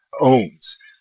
owns